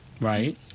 Right